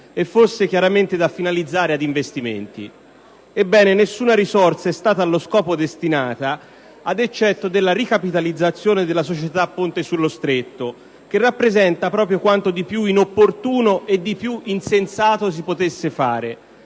e fosse chiaramente da finalizzare ad investimenti. Ebbene, nessuna risorsa è stata allo scopo destinata, ad eccetto della ricapitalizzazione della Società Ponte sullo Stretto, che rappresenta proprio quanto di più inopportuno e di più insensato si potesse fare.